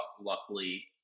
Luckily